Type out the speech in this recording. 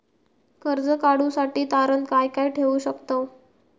कर्ज काढूसाठी तारण काय काय ठेवू शकतव?